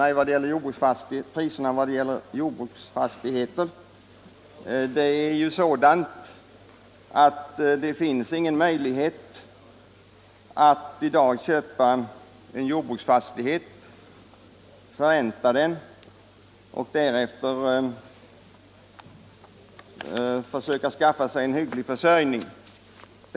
Priserna på jordbruksfastigheter har stigit så kraftigt att det i dag inte är möjligt att köpa en jordbruksfastighet, betala räntorna och därefter skaffa sig en rimlig försörjning på den.